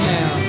Now